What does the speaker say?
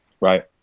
Right